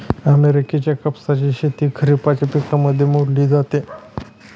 अमेरिकेच्या कापसाची शेती खरिपाच्या पिकांमध्ये मोडली जाते